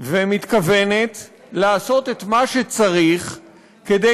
ומתכוונת לעשות את מה שצריך כדי,